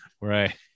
right